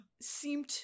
seemed